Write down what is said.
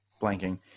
blanking